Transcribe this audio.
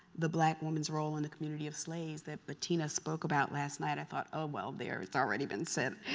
the black woman's role in the community of slaves, that patina spoke about last night. i thought oh, well there, it's already been said,